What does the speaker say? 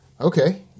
Okay